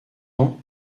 ans